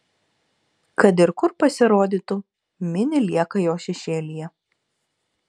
kad ir kur pasirodytų mini lieka jo šešėlyje